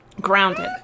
Grounded